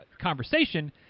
conversation